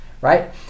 right